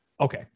Okay